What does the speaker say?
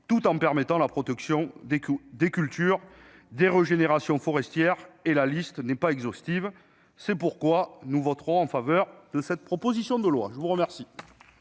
tout en permettant la protection des cultures et les régénérations forestières- la liste n'est pas exhaustive. C'est pourquoi nous voterons en faveur de cette proposition de loi. La parole